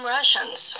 Russians